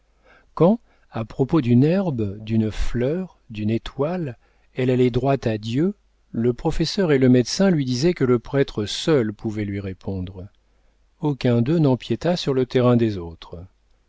quand à propos d'une herbe d'une fleur d'une étoile elle allait droit à dieu le professeur et le médecin lui disaient que le prêtre seul pouvait lui répondre aucun d'eux n'empiéta sur le terrain des autres